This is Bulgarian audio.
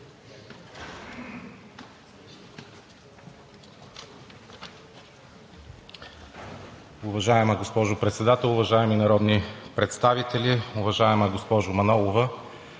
Уважаема госпожо Председател, уважаеми народни представители! Уважаема госпожо Манолова,